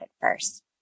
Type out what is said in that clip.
first